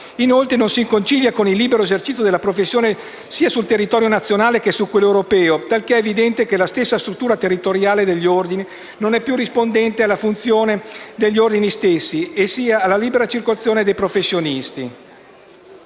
Inoltre non si concilia con il libero esercizio della professione sia sul territorio nazionale che su quello europeo, talché è evidente che la stessa struttura territoriale degli Ordini non è più rispondente alla funzione degli Ordini stessi né alla libera circolazione dei professionisti.